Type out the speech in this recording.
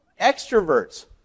extroverts